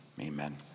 amen